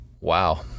wow